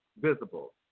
Visible